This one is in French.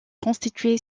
constitué